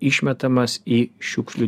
išmetamas į šiukšlių